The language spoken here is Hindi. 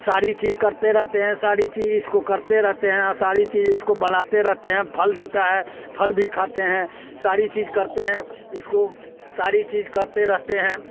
सारी चीज करते रहते हैं सारी चीज इसको करते रहते हैं और सारी चीज इसको बनाते रहते हैं फल देता है फल भी खाते हैं सारी चीज करते हैं इसको सारी चीज करते रहते हैं